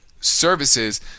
services